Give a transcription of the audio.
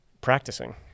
practicing